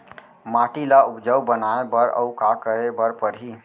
माटी ल उपजाऊ बनाए बर अऊ का करे बर परही?